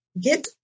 get